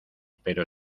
pero